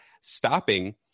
stopping